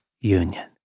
union